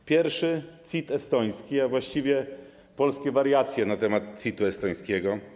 Po pierwsze, CIT estoński, a właściwie polskie wariacje na temat CIT-u estońskiego.